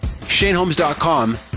ShaneHolmes.com